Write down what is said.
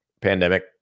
pandemic